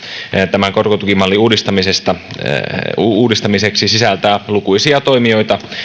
tämän korkotukimallin uudistamiseksi sisältää lukuisia toimijoita